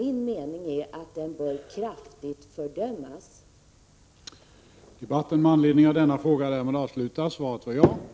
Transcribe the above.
Min mening är att verksamheten bör fördömas kraftigt.